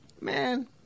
Man